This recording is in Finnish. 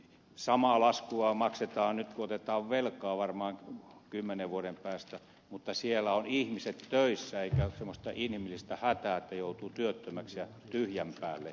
samaa laskua maksetaan nyt kun otetaan velkaa varmaan kymmenen vuoden päästä mutta siellä ovat ihmiset töissä eikä ole semmoista inhimillistä hätää että joutuu työttömäksi ja tyhjän päälle